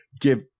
give